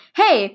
hey